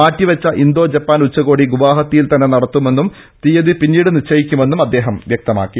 മാറ്റിവെച്ച Indo Japan ഉച്ചകോടി ഗുവാഹത്തിയിൽ തന്നെ നടക്കുമെന്നും തീയതി പിന്നീട് നിശ്ചയിക്കുമെന്നും അദ്ദേഹം വ്യക്തമാക്കി